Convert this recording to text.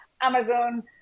Amazon